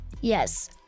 yes